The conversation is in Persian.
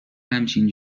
همچین